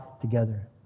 together